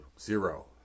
Zero